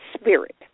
spirit